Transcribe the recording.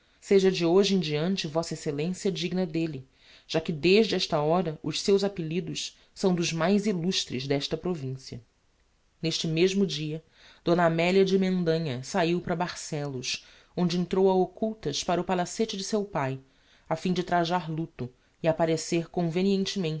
seja de hoje em diante v exc a digna d'elle já que desde esta hora os seus appellidos são dos mais illustres d'esta provincia n'este mesmo dia d amelia de mendanha sahiu para barcellos onde entrou a occultas para o palacete de seu pai a fim de trajar luto e apparecer